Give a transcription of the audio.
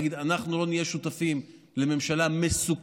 להגיד: אנחנו לא נהיה שותפים לממשלה מסוכנת.